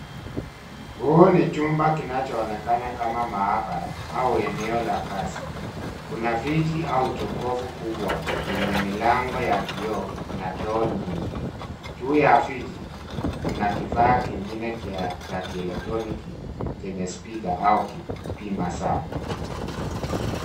Huu ni chumba kinachoonekana kama maabara au eneo la kazi. Kuna friji au jokofu kubwa yenye milango ya kioo na gloo nyingi juu. Juu ya friji, kuna kifaa kingine kya cha kielektroniki chenye spika au kipima saa.